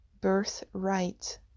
birthright